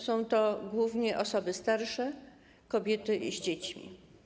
Są to głównie osoby starsze, kobiety z dziećmi.